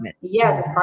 Yes